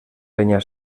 penya